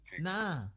Nah